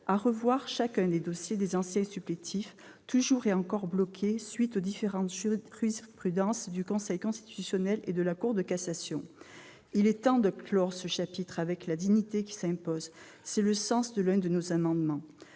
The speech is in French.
à revoir les dossiers des anciens supplétifs, encore et toujours bloqués du fait des différentes jurisprudences du Conseil constitutionnel et de la Cour de cassation. Il est temps de clore ce chapitre avec la dignité qui s'impose. Tel est le sens de l'un de nos amendements.